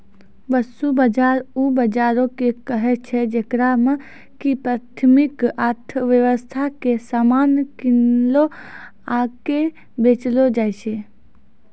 वस्तु बजार उ बजारो के कहै छै जेकरा मे कि प्राथमिक अर्थव्यबस्था के समान किनलो आकि बेचलो जाय छै